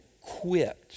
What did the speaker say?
quit